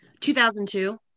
2002